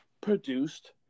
produced